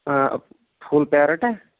آ فُل پیرٕٹ ہا